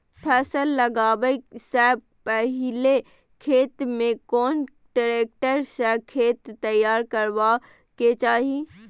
फसल लगाबै स पहिले खेत में कोन ट्रैक्टर स खेत तैयार करबा के चाही?